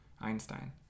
einstein